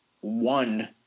one